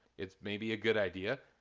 it's maybe a good idea,